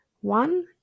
one